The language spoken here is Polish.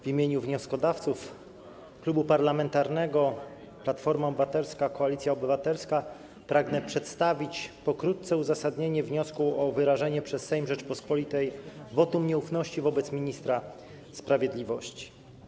W imieniu wnioskodawców Klubu Parlamentarnego Platforma Obywatelska - Koalicja Obywatelska pragnę przedstawić pokrótce uzasadnienie wniosku o wyrażenie przez Sejm Rzeczypospolitej wotum nieufności wobec ministra sprawiedliwości.